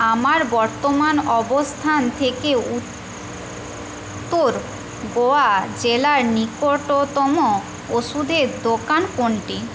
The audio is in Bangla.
আমার বর্তমান অবস্থান থেকে উত্তর গোয়া জেলার নিকটতম ওষুধের দোকান কোনটি